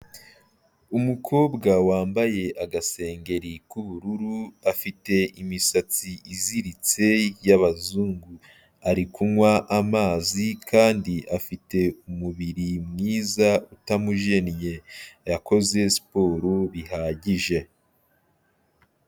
Umukobwa wambaye agasengeri k'ubururu, afite imisatsi iziritse y'abazungu, ari kunywa amazi kandi afite umubiri mwiza utamujennye yakoze siporo bihagije.